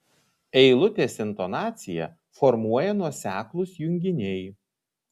eilutės intonaciją formuoja nuoseklūs junginiai